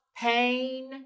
pain